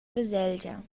baselgia